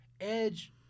Edge